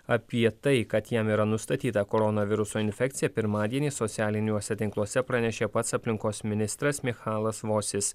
apie tai kad jam yra nustatyta koronaviruso infekcija pirmadienį socialiniuose tinkluose pranešė pats aplinkos ministras michalas vosis